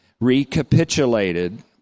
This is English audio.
recapitulated